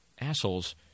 assholes